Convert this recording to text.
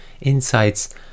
insights